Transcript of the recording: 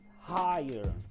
higher